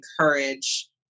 encourage